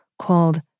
called